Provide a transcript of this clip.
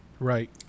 Right